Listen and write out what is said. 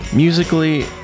Musically